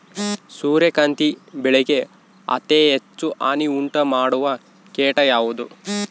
ಸೂರ್ಯಕಾಂತಿ ಬೆಳೆಗೆ ಅತೇ ಹೆಚ್ಚು ಹಾನಿ ಉಂಟು ಮಾಡುವ ಕೇಟ ಯಾವುದು?